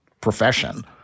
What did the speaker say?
profession